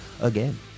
again